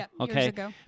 Okay